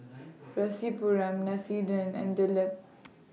Rasipuram and Dilip